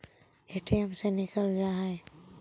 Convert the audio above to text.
ATM से निकल जा है?